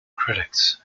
critics